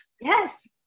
Yes